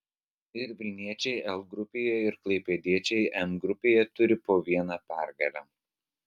ir vilniečiai l grupėje ir klaipėdiečiai m grupėje turi po vieną pergalę